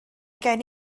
gen